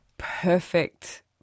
perfect